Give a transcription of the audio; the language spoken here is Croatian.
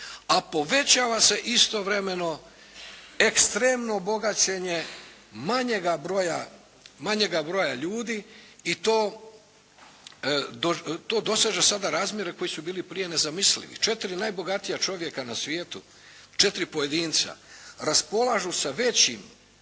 a povećava se istovremeno ekstremno bogaćenje manjega broja ljudi i to doseže sada razmjere koji su bili prije nezamislivi. 4 najbogatija čovjeka na svijetu, 4 pojedinca raspolažu sa većim